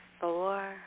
four